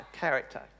character